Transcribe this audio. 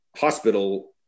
hospital